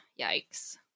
Yikes